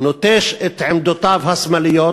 נוטש את עמדותיו השמאליות